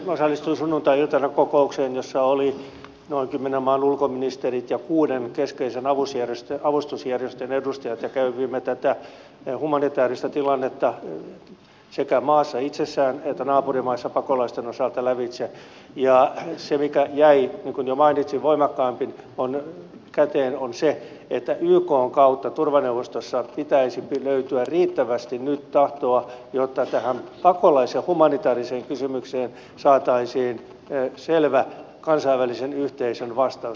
osallistuin sunnuntai iltana kokoukseen jossa oli noin kymmenen maan ulkoministerit ja kuuden keskeisen avustusjärjestön edustajat ja kävimme tätä humanitaarista tilannetta sekä maassa itsessään että naapurimaissa pakolaisten osalta lävitse ja se mikä jäi niin kuin jo mainitsin voimakkaammin käteen on se että ykn kautta turvaneuvostossa pitäisi löytyä nyt riittävästi tahtoa jotta tähän pakolais ja humanitaariseen kysymykseen saataisiin selvä kansainvälisen yhteisön vastaus